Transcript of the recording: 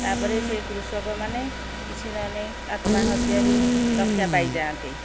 ତାପରେ ସେ କୃଷକମାନେ କିଛି ନହେଲେ ଆତ୍ମହତ୍ୟାରୁ ରକ୍ଷା ପାଇଯାଆନ୍ତେ